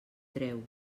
treu